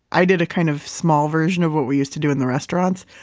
i did a kind of small version of what we used to do in the restaurants,